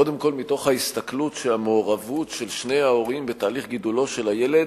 קודם כול מתוך ההסתכלות שהמעורבות של שני ההורים בתהליך גידולו של הילד,